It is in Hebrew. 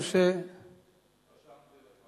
רשמתי לפני.